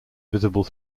visible